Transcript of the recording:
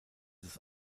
das